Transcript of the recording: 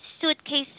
suitcases